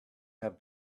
have